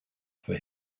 for